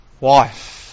wife